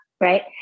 Right